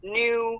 new